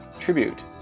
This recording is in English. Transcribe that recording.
tribute